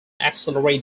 accelerate